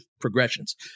progressions